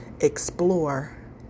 explore